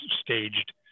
staged